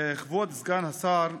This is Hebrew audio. כבוד סגן השר,